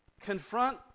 confront